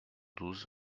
douze